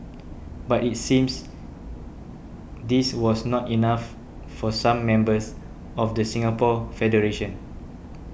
but it seems this was not enough for some members of the Singapore federation